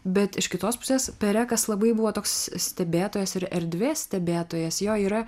bet iš kitos pusės perekas labai buvo toks stebėtojas ir erdvės stebėtojas jo yra